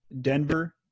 Denver